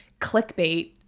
clickbait